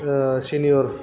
senior